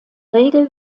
regel